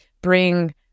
bring